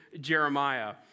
Jeremiah